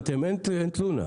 המהלך.